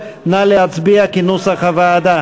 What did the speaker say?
סעיף 43(1) (2), כהצעת הוועדה,